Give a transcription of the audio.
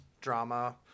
drama